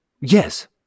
Yes